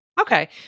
Okay